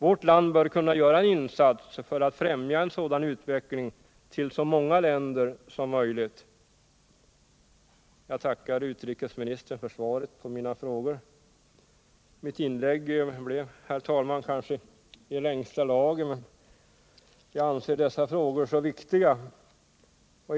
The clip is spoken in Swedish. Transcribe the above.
Vårt land bör kunna göra en insats för att främja en sådan utveckling till så många länder som möjligt. Jag tackar utrikesministern för svaret på mina frågor. Mitt inlägg blev kanske i längsta laget, men jag anser dessa frågor mycket viktiga.